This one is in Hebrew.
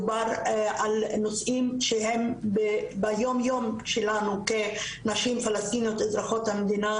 דובר על נושאים שהם ביומיום שלנו כנשים פלסטיניות אזרחיות המדינה.